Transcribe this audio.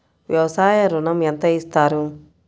వ్యవసాయ ఋణం ఎంత ఇస్తారు?